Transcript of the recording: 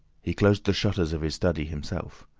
he closed the shutters of his study himself.